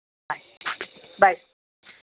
bye bye